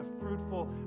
fruitful